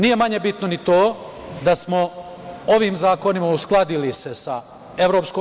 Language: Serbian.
Nije manje bitno ni to da smo ovim zakonima uskladili se sa EU.